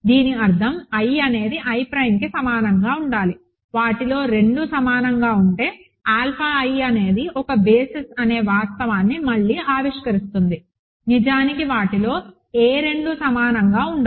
దీని అర్థం i అనేది i ప్రైమ్కి సమానంగా ఉండాలి వాటిలో రెండు సమానంగా ఉంటే ఆల్ఫా i అనేది ఒక బేసిస్ అనే వాస్తవాన్ని మళ్లీ ఆవిష్కరిస్తుందినిజానికి వాటిలో ఏ రెండూ సమానంగా ఉండవు